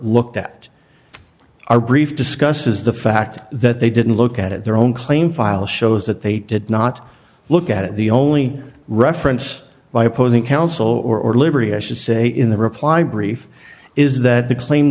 looked at our brief discuss is the fact that they didn't look at it their own claim file shows that they did not look at it the only reference by opposing counsel or liberty i should say in the reply brief is that the claim